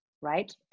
right